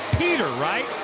peter, right.